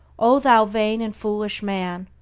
o thou vain and foolish man,